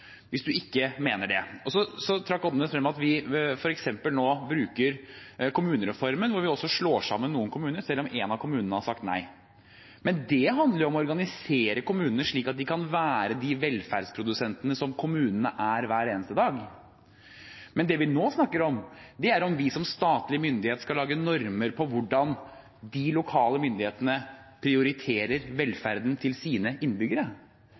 Så trakk representanten Odnes frem at vi nå f.eks. bruker kommunereformen, hvor vi også slår sammen noen kommuner selv om en av kommunene har sagt nei. Men det handler om å organisere kommunene slik at de kan være de velferdsprodusentene som kommunene er hver eneste dag. Men det vi nå snakker om, er om vi som statlig myndighet skal lage normer for hvordan de lokale myndighetene prioriterer velferden til sine innbyggere.